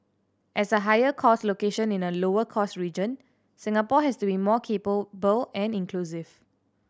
as a higher cost location in a lower cost region Singapore has to be more capable and inclusive